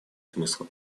смысла